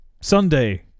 Sunday